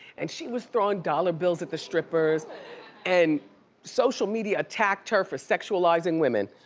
and she was throwing dollar bills at the strippers and social media attacked her for sexualizing women.